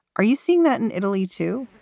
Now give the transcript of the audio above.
are you seeing that in italy, too?